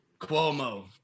Cuomo